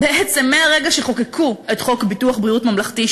בעצם מהרגע שחוקקו את חוק ביטוח בריאות ממלכתי,